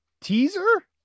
teaser